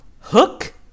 Hook